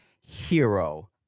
hero